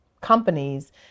companies